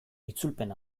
itzulpen